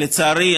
לצערי,